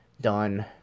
done